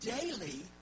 daily